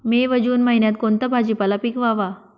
मे व जून महिन्यात कोणता भाजीपाला पिकवावा?